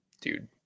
dude